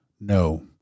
No